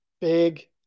big